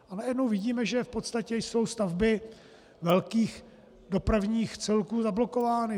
A najednou vidíme, že v podstatě jsou stavby velkých dopravních celků zablokovány.